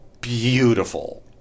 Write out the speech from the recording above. beautiful